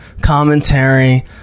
commentary